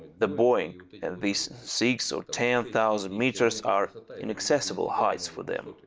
the boeing and these six or ten thousand meters are inaccessible heights for them.